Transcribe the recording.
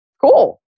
cool